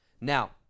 Now